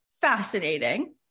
fascinating